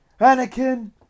Anakin